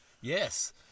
Yes